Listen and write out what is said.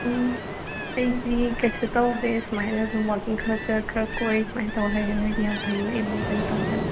ꯎꯝ ꯑꯩꯗꯤ ꯀꯩꯁꯨ ꯇꯧꯗꯦ ꯁꯨꯃꯥꯏꯅ ꯑꯗꯨꯝ ꯋꯥꯛꯀꯤꯡ ꯈꯔ ꯆꯠ ꯈꯔ ꯀꯣꯏ ꯁꯨꯃꯥꯏꯅ ꯇꯧ ꯂꯩꯔꯦ ꯅꯣꯏꯗꯤ ꯌꯥꯝ ꯐꯩ ꯑꯦꯝ ꯌꯨ ꯗꯒ ꯇꯧꯗꯅ